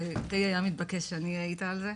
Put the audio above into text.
זה די היה מתבקש שאני יהיה איתה על זה.